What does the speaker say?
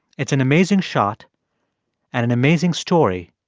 it's an amazing shot and an amazing story.